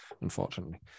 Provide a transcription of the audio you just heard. Unfortunately